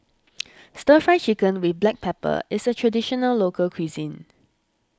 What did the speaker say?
Stir Fry Chicken with Black Pepper is a Traditional Local Cuisine